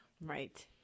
Right